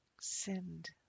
send